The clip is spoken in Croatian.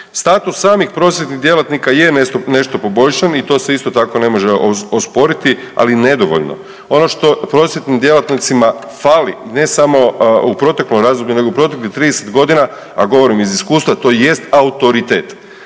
Status samih prosvjetnih djelatnika je nešto poboljšan i to se isto tako ne može osporiti, ali nedovoljno. Ono što prosvjetnim djelatnicima fali ne samo u proteklom razdoblju nego u proteklih 30.g., a govorim iz iskustva, to jest autoritet.